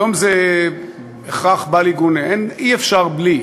היום זה הכרח בל-יגונה, אי-אפשר בלי.